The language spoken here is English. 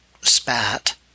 spat